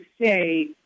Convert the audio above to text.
say